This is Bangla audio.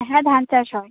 হ্যাঁ ধান চাষ হয়